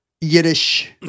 Yiddish